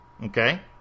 okay